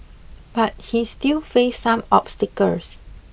but he still faced some obstacles